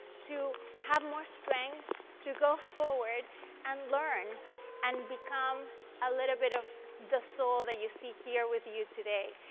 to have more strength to go forward and learn and become a little bit of the sol that you see here with you today.